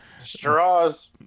straws